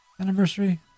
anniversary